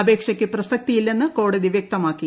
അപേക്ഷയ്ക്ക് പ്രസക്തിയില്ലെന്ന് കോടതി വൃക്തമാക്കി